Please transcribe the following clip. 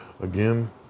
again